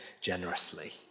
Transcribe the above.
generously